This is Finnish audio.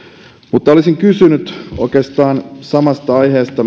mutta olisin kysynyt oikeastaan samasta aiheesta